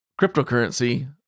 cryptocurrency